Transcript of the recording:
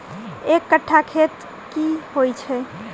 एक कट्ठा खेत की होइ छै?